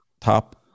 top